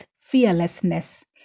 fearlessness